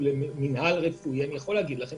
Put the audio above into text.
יכול להגיד לכם